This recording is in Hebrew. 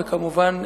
וכמובן,